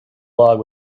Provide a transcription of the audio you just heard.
log